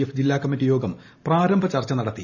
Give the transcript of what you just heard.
F ജില്ലാ കമ്മിറ്റി യോഗം പ്രാരംഭ ചർച്ച നടത്തി